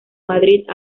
madrid